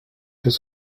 deux